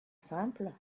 simples